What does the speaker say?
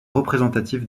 représentatif